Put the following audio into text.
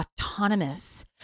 autonomous